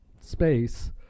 space